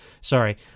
Sorry